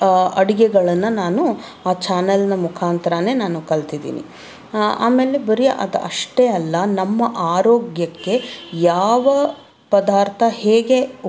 ಅಡುಗೆಗಳನ್ನು ನಾನು ಆ ಚಾನಲ್ನ ಮುಖಾಂತರಾನೇ ನಾನು ಕಲ್ತಿದ್ದೀನಿ ಆಮೇಲೆ ಬರಿ ಅದು ಅಷ್ಟೇ ಅಲ್ಲ ನಮ್ಮ ಆರೋಗ್ಯಕ್ಕೆ ಯಾವ ಪದಾರ್ಥ ಹೇಗೆ